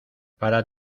para